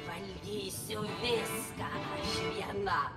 valdysiu viską aš viena